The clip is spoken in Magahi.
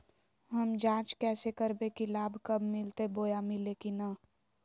हम जांच कैसे करबे की लाभ कब मिलते बोया मिल्ले की न?